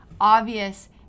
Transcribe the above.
obvious